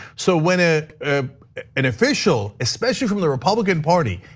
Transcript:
so when ah an official, especially from the republican party,